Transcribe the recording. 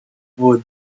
wood